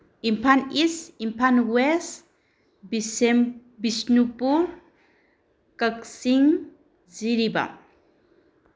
Imphal East Imphal West Bishnupur Kakching Jiribam